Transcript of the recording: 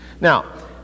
Now